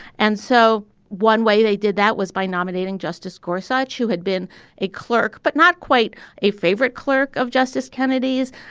and so one way they did that was by nominating justice gorsuch, who had been a clerk, but not quite a favorite clerk of justice kennedy's.